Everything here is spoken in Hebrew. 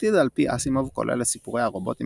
העתיד על-פי אסימוב כולל את סיפורי הרובוטים